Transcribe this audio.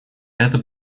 это